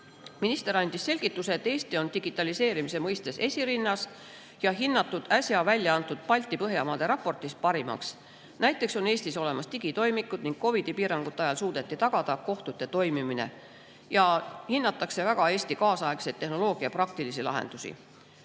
Minister andis selgituse, et Eesti on digitaliseerimise mõistes esirinnas ja hinnatud äsja väljaantud Balti‑ ja Põhjamaade raportis parimaks. Näiteks on Eestis olemas digitoimikud ning COVID‑i piirangute ajal suudeti tagada kohtute toimimine. Eesti praktilisi tehnoloogilisi lahendusi